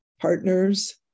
partners